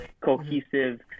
cohesive